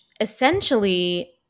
essentially